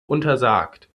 untersagt